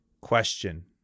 Question